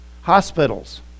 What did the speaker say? hospitals